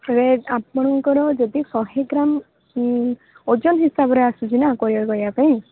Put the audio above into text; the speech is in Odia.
ତେବେ ଆପଣଙ୍କର ଯଦି ଶହେ ଗ୍ରାମ୍ ଓଜନ ହିସାବରେ ଆସୁକ ନା କୋରିୟର୍ କରିବା ପାଇଁ